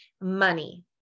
money